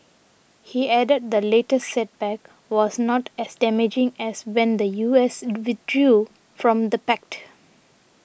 he added the latest setback was not as damaging as when the U S withdrew from the pact